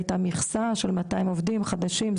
הייתה מכסה של 200 עובדים חדשים,